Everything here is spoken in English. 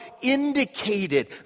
indicated